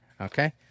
Okay